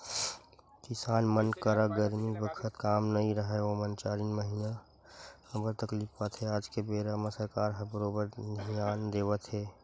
किसान मन करा गरमी बखत काम नइ राहय ओमन चारिन महिना अब्बड़ तकलीफ पाथे आज के बेरा म सरकार ह बरोबर धियान देवत हे